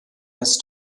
ist